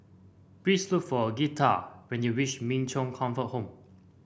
please look for Girtha when you reach Min Chong Comfort Home